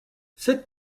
cette